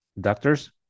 Doctors